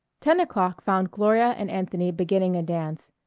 ten o'clock found gloria and anthony beginning a dance.